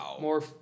more